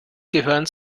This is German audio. gehören